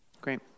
Great